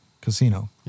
casino